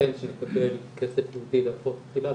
בהינתן שנקבל כסף לטיפול בהפרעות אכילה,